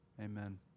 Amen